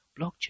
Blockchain